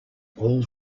all